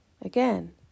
Again